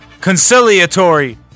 Conciliatory